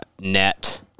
Net